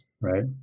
right